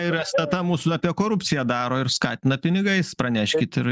ir stt mus apie korupciją daro ir skatina pinigais praneškit ir